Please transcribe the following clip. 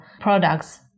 products